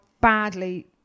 badly